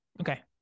Okay